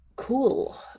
Cool